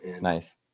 Nice